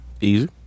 Easy